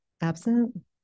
Absent